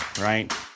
right